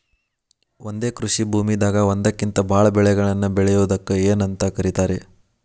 ಒಂದೇ ಕೃಷಿ ಭೂಮಿದಾಗ ಒಂದಕ್ಕಿಂತ ಭಾಳ ಬೆಳೆಗಳನ್ನ ಬೆಳೆಯುವುದಕ್ಕ ಏನಂತ ಕರಿತಾರೇ?